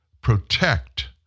protect